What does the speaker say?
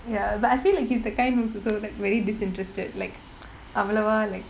ya but I feel like he's the kind who's also like very disinterested like அவ்ளவா:avlavaa like